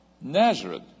Nazareth